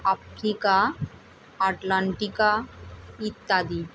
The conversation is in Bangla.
আফ্রিকা আটলান্টিকা ইত্যাদি